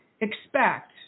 expect